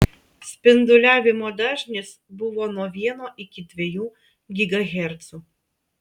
spinduliavimo dažnis buvo nuo vieno iki dviejų gigahercų